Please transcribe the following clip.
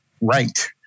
right